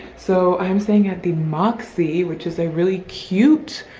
so i'm staying at the moxy, which is a really cute,